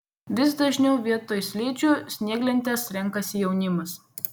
vis dažniau vietoj slidžių snieglentes renkasi jaunimas